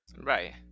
Right